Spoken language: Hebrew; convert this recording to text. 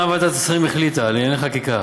אני גם סבתא.